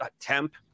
temp